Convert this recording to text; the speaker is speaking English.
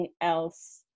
else